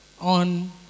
on